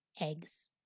eggs